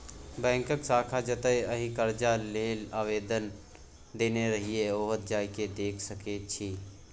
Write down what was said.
बैकक शाखा जतय अहाँ करजा लेल आवेदन देने रहिये ओतहु जा केँ देखि सकै छी